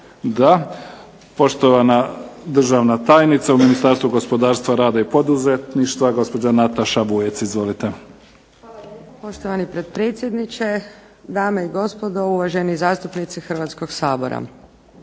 Da. Poštovana državna tajnica u Ministarstvu gospodarstva, rada i poduzetništva gospođa Nataša Vujec. Izvolite. **Vujec, Nataša** Hvala lijepa poštovani potpredsjedniče, dame i gospodo, uvaženi zastupnici Hrvatskog sabora.